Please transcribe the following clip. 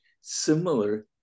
similar